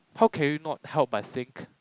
how can you not help but think